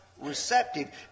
receptive